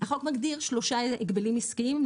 החוק מגדיר שלושה הגבלים עסקיים,